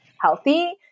healthy